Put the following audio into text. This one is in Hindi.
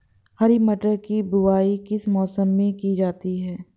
हरी मटर की बुवाई किस मौसम में की जाती है?